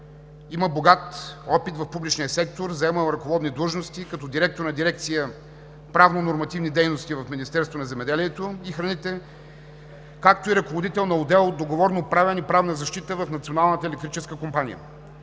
Има богат опит в публичния сектор. Заемала е ръководни длъжности като директор на дирекция „Правно нормативни дейности“ в Министерството на земеделието и храните, както и ръководител на отдел „Договорно правен и правна защита“ в